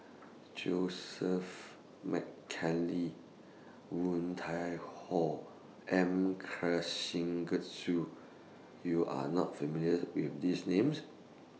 Joseph Woon Tai Ho M YOU Are not familiar with These Names